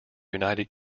united